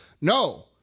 No